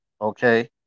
Okay